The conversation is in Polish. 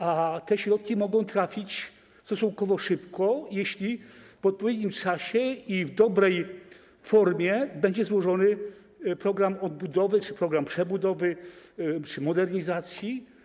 A te środki mogą trafić stosunkowo szybko, jeśli w odpowiednim czasie i w dobrej formie będzie złożony program odbudowy czy program przebudowy czy modernizacji.